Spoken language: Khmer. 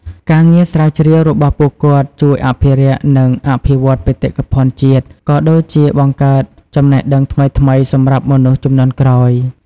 ការងារស្រាវជ្រាវរបស់ពួកគាត់ជួយអភិរក្ស និងអភិវឌ្ឍបេតិកភណ្ឌជាតិ ក៏ដូចជាបង្កើតចំណេះដឹងថ្មីៗសម្រាប់មនុស្សជំនាន់ក្រោយ។